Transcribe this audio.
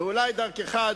ואולי דרכך,